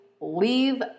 leave